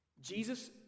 Jesus